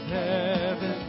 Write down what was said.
heaven